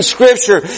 Scripture